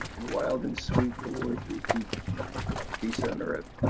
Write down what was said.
and wild and sweet the words repeat of peace on earth,